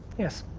yes.